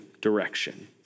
direction